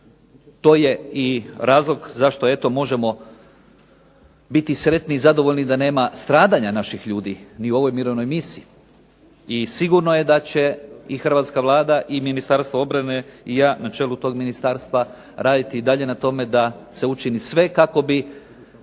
To je i razlog zašto eto možemo biti sretni i zadovoljni da nema stradanja naših ljudi ni u ovoj mirovnoj misiji. I sigurno je da će i Hrvatska vlada i Ministarstvo obrane i ja na čelu tog ministarstva raditi i dalje na tome da se učini sve kako bi